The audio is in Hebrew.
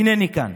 הינני כאן.